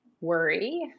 worry